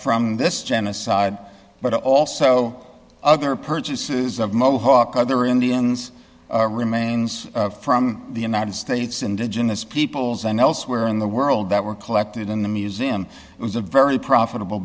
from this genocide but also other purchases of mohawk other indians remain from the united states indigenous peoples and elsewhere in the world that were collected in the museum it was a very profitable